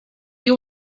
you